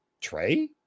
Trey